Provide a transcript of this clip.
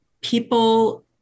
people